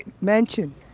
mansion